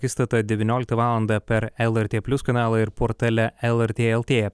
akistata devynioliktą valandą per lrt plius kanalą ir portale lrt lt